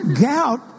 Gout